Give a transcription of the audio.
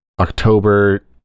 October